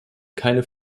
keine